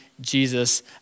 Jesus